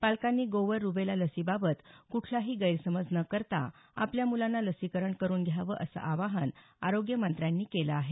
पालकांनी गोवर रुबेला लसीबाबत कुठलाही गैरसमज न करता आपल्या मुलांना लसीकरण करुन घ्यावं असं आवाहन आरोग्यमंत्र्यांनी केलं आहे